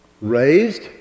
raised